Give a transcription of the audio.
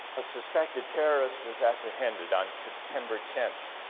a suspected terrorists was apprehended on september tenth